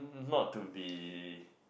not to be